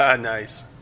Nice